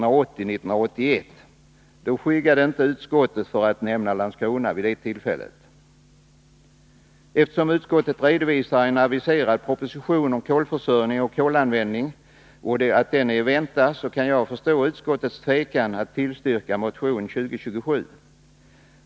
Vid det tillfället skyggade inte utskottet för att nämna Landskrona. Eftersom utskottet redovisar att en aviserad proposition om kolförsörjning och kolanvändning är att vänta, kan jag förstå utskottets tvekan att tillstyrka motion 2027.